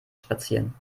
spazieren